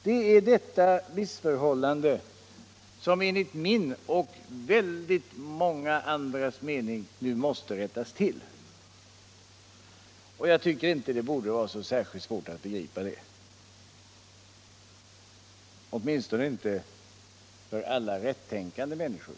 Det är detta missförhållande som enligt min och väldigt många andras mening nu måste rättas till. Jag tycker inte att det borde vara så särskilt svårt att begripa det, åtminstone inte för alla rättänkande människor.